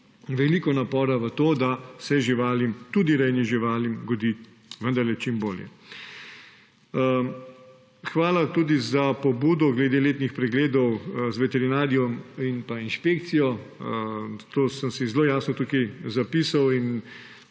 veliko napora v to, da se živalim, tudi rejnim živalim, godi vendarle čim bolje. Hvala tudi za pobudo glede letnih pregledov z veterinarjem in inšpekcijo. To sem si zelo jasno tukaj zapisal.